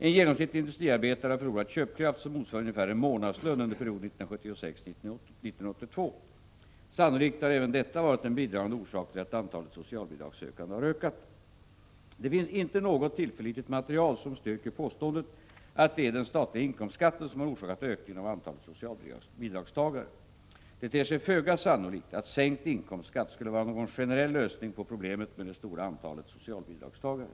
En genomsnittlig industriarbetare har förlorat köpkraft som motsvarar ungefär en månadslön under perioden 1976—1982. Sannolikt har även detta varit en bidragande orsak till att antalet socialbidragssökande har ökat. Det finns inte något tillförlitligt material som styrker påståendet att det är den statliga inkomstskatten som har orsakat ökningen av antalet socialbidragstagare. Det ter sig föga sannolikt att sänkt inkomstskatt skulle vara någon generell lösning på problemet med det stora antalet socialbidragstagare.